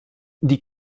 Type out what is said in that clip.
die